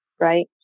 right